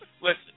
Listen